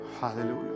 Hallelujah